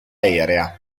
aerea